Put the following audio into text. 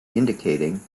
indicating